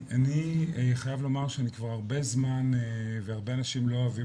אני חייב לומר שאני כבר הרזה זמן והרבה אנשים לא אוהבים